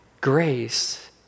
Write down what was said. Grace